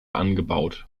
angebaut